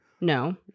No